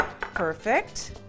perfect